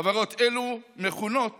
חברות אלו מכונות